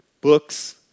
books